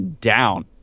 down